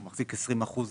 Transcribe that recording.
הוא מחזיק 20%?